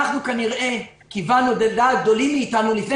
כנראה כיוונו לדעת גדולים מאיתנו לפני